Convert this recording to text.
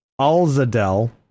Alzadel